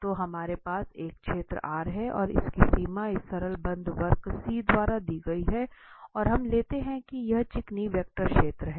तो हमारे पास एक क्षेत्र R है और इसकी सीमा इस सरल बंद वक्र C द्वारा दी गई है और हम लेते हैं कि यह चिकनी वेक्टर क्षेत्र है